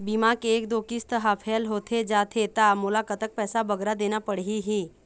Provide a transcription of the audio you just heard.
बीमा के एक दो किस्त हा फेल होथे जा थे ता मोला कतक पैसा बगरा देना पड़ही ही?